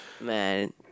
Man